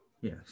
Yes